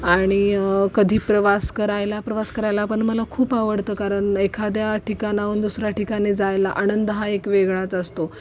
आणि कधी प्रवास करायला प्रवास करायलापण मला खूप आवडतं कारण एखाद्या ठिकाणाहून दुसऱ्या ठिकाणी जायला आनंद हा एक वेगळाच असतो